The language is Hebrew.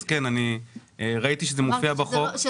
אז כן, אני ראיתי שזה מופיע בחוק